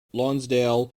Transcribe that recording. lonsdale